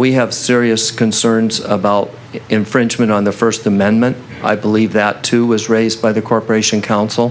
we have serious concerns about infringement on the first amendment i believe that too was raised by the corporation council